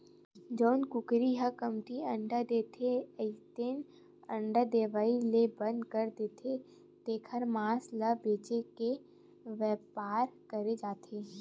जउन कुकरी ह कमती अंडा देथे नइते अंडा देवई ल बंद कर देथे तेखर मांस ल बेचे के बेपार करे जाथे